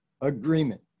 agreement